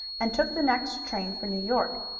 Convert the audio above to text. and took the next train for new york.